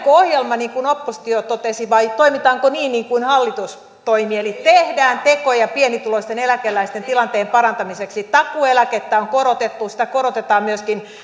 ohjelma niin kuin oppositio totesi vai toimitaanko niin niin kuin hallitus toimii eli tehdään tekoja pienituloisten eläkeläisten tilanteen parantamiseksi takuueläkettä on korotettu sitä korotetaan myöskin